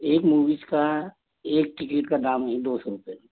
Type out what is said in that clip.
एक मूवीज़ का एक टिकिट का दाम है दो सौ रुपये